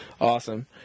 Awesome